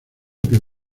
piel